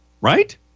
right